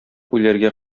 үләргә